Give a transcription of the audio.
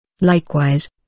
likewise